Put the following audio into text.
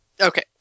Okay